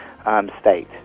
state